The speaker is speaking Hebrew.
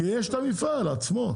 יש את המפעל עצמו.